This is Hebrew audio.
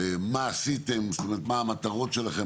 מה המטרות שלכם,